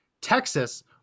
Texas